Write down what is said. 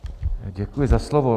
Děkuji za slovo.